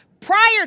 prior